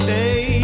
day